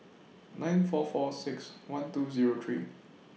nine four four six one two Zero three